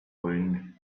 wound